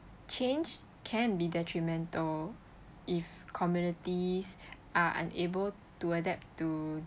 change can be detrimental if communities are unable to adapt to